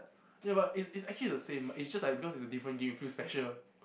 ya but it it's actually the same but it's just like because it's a different game you feel special